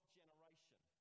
generation